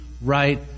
right